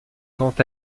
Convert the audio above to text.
quant